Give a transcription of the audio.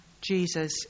Jesus